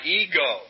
ego